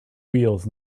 wheels